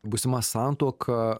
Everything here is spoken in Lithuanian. būsima santuoka